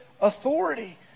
authority